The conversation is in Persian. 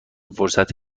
فرصت